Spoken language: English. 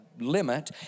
limit